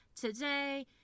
today